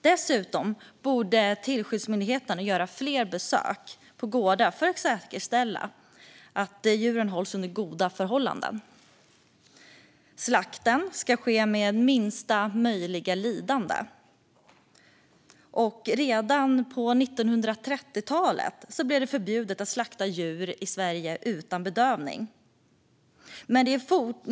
Dessutom borde tillsynsmyndigheterna göra fler besök på gårdar för att säkerställa att djuren hålls under goda förhållanden. Slakten ska ske med minsta möjliga lidande. Redan på 1930-talet blev det förbjudet i Sverige att slakta djur utan bedövning.